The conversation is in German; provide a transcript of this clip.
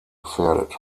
gefährdet